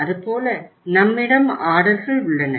அது போல நம்மிடம் ஆர்டர்கள் உள்ளன